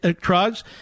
drugs